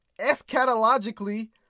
eschatologically